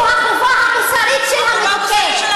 זה החובה המוסרית של המדוכא,